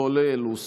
כולל, הוסרו.